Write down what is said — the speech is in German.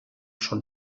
schon